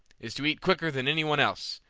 is to eat quicker than any one else,